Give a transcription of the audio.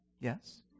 Yes